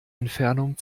entfernung